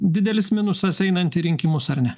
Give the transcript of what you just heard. didelis minusas einant į rinkimus ar ne